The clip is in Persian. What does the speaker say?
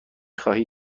خواهی